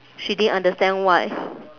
she didn't understand why